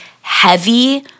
heavy